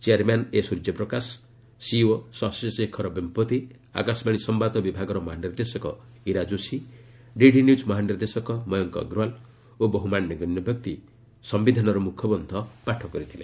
chairman A Surya Prakash CEO Shashi Shekhar Vempati Akashvani ସମ୍ବାଦ ବିଭାଗର ମହାନିର୍ଦ୍ଦେଶକ ଇରା ଯୋଶୀ ଡିଡି ନ୍ୟୁଜ୍ ମହାନିର୍ଦ୍ଦେଶକ ମୟଙ୍କ ଅର୍ଗଓ୍ୱାଲ୍ ଓ ବହୁ ମାନ୍ୟଗଣ୍ୟ ବ୍ୟକ୍ତି ସମ୍ଭିଧାନର ମୁଖବନ୍ଧ ପାଠ କରିଥିଲେ